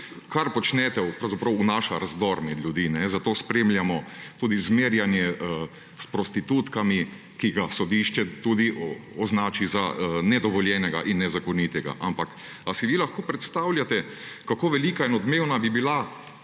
pravzaprav vnaša razdor med ljudi, zato spremljamo tudi zmerjanje s prostitutkami, ki ga sodišče tudi označi za nedovoljenega in nezakonitega. Si vi lahko predstavljate, kako velika in odmevna bi bila